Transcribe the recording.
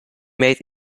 made